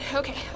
okay